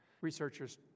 researchers